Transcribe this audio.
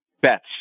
bets